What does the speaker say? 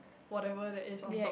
whatever there is on top